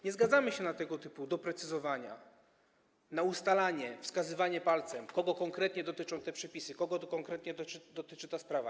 Nie zgadzamy się na tego typu doprecyzowania, na ustalanie, wskazywanie palcem, kogo konkretnie dotyczą te przepisy, kogo konkretnie dotyczy ta sprawa.